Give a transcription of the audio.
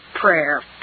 prayer